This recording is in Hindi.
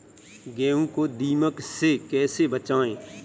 गेहूँ को दीमक से कैसे बचाएँ?